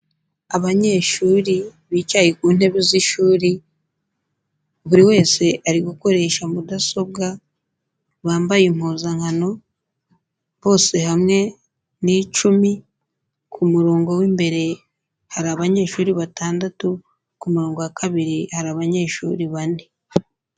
Abanyeshuri bicaye ku ntebe z'ishuri, buri wese ari gukoresha mudasobwa, bambaye impuzankano, bose hamwe ni icumi, ku murongo w'imbere hari abanyeshuri batandatu, ku murongo wa kabiri hari abanyeshuri bane.